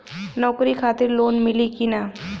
नौकरी खातिर लोन मिली की ना?